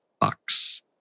bucks